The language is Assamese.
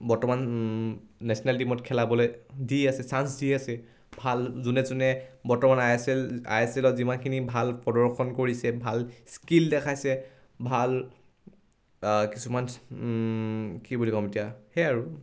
বৰ্তমান নেশ্যনেল টীমত খেলাবলে দি আছে চাঞ্চ দি আছে ভাল যোনে যোনে বৰ্তমান I S L I S এলত যিমানখিনি ভাল প্ৰদৰ্শন কৰিছে ভাল স্কিল দেখাইছে ভাল কিছুমান কি বুলি ক'ম এতিয়া সেয়াই আৰু